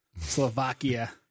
Slovakia